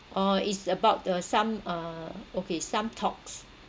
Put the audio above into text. oh it's about uh some uh okay some talks